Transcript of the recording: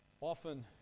often